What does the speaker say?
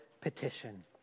petition